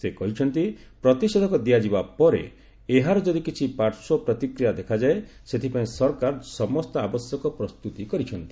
ସେ କହିଛନ୍ତି ପ୍ରତିଷେଧକ ଦିଆଯିବା ପରେ ଏହାର ଯଦି କିଛି ପାର୍ଶ୍ୱ ପ୍ରତିକ୍ରିୟା ଦେଖାଯାଏ ସେଥିପାଇଁ ସରକାର ସମସ୍ତ ଆବଶ୍ୟକ ପ୍ରସ୍ତୁତି କରିଛନ୍ତି